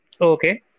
okay